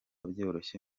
byoroshye